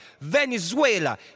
Venezuela